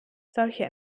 solche